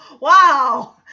wow